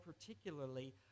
particularly